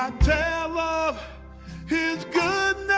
ah tell of his goodness